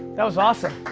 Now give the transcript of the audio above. that was awesome.